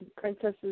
princesses